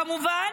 כמובן,